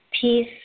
peace